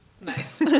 Nice